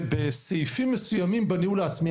בסעיפים מסוימים בניהול העצמי,